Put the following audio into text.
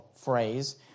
phrase